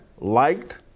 liked